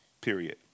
Period